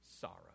sorrow